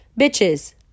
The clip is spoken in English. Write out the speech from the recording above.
Bitches